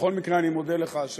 בכל מקרה, אני מודה לך על